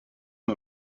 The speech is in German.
nur